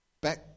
back